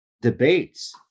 debates